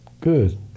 Good